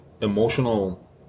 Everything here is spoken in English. emotional